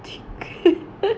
the